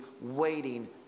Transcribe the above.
waiting